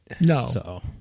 No